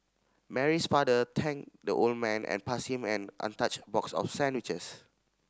Mary's father thanked the old man and passed him an untouched box of sandwiches